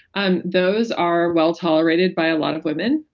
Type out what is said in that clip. um those are well tolerated by a lot of women.